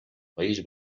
país